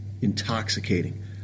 intoxicating